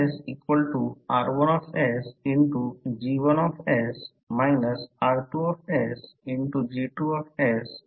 तर XR1G1 R2G2R3G3